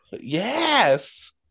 Yes